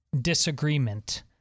disagreement